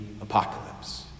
apocalypse